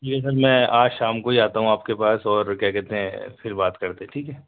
یہ سر میں آج شام کو ہی آتا ہوں آپ کے پاس اور کیا کہتے ہیں پھر بات کرتے ہیں ٹھیک ہے